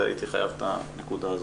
אבל הייתי חייב את הנקודה הזאת.